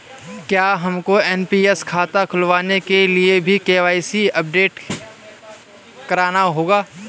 क्या हमको एन.पी.एस खाता खुलवाने के लिए भी के.वाई.सी अपडेट कराना होगा?